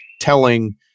telling